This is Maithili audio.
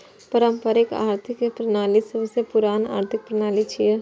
पारंपरिक आर्थिक प्रणाली सबसं पुरान आर्थिक प्रणाली छियै